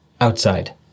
outside